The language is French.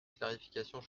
clarification